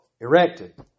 erected